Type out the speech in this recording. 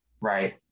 Right